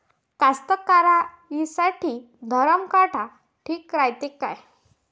कास्तकाराइसाठी धरम काटा ठीक रायते का?